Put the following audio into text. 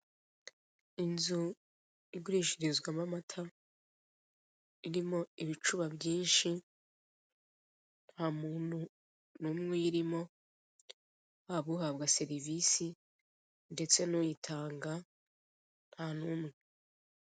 Inzu igurishirizwamo amata irimo ibicuba byinshi ntamuntu n'umwe uyirimo yaba uhabwa serivise ndetse n'uyitanga ntanumwe.